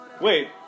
Wait